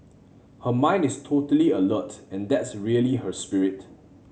her mind is totally alert and that's really her spirit